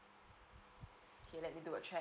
okay let me do a check